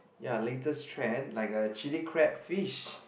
ya latest trend like a chilli crab fish